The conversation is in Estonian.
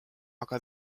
aga